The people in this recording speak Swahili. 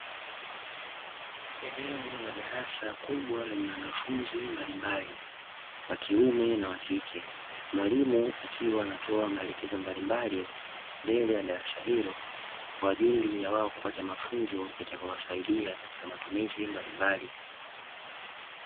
Eneo la darasa kubwa, lenye wanafunzi mbalimbali, wa kiume na wa kike, mwalimu akiwa anatoa maelekezo mbalimbali mbele ya darasa hilo kwa ajili ya wao kupata mafunzo yatakayowasaidia katika matumizi mbalimbali.